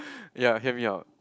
ya hear me out